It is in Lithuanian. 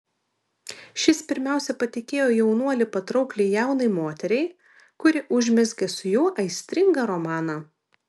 šis pirmiausia patikėjo jaunuolį patraukliai jaunai moteriai kuri užmezgė su juo aistringą romaną